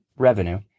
revenue